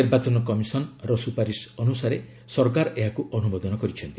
ନିର୍ବାଚନ କମିଶନ୍ ର ସୁପାରିଶ ଅନୁସାରେ ସରକାର ଏହାକୁ ଅନୁମୋଦନ କରିଛନ୍ତି